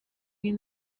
mean